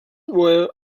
were